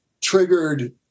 triggered